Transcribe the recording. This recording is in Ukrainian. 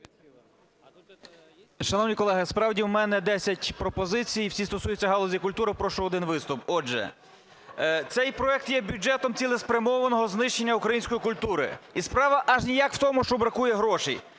Шановні колеги, справді, у мене 10 пропозицій, і всі стосуються галузі культури. Прошу один виступ. Отже, цей проект є бюджетом цілеспрямованого знищення української культури. І справа аж ніяк в тому, що бракує грошей.